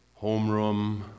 homeroom